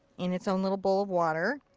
in it's own little bowl of water.